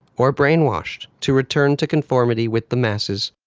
or brainwashed to return to conformity with the masses.